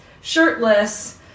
shirtless